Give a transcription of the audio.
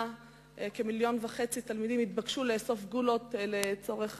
כמיליון וחצי תלמידים התבקשו לאסוף גולות לצורך